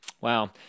Wow